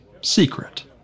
secret